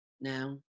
now